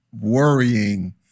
worrying